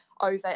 over